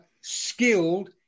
skilled